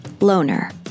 loner